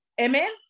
Amen